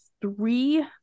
three